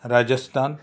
Rajasthan